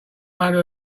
hundred